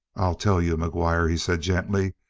i'll tell you, mcguire, he said gently.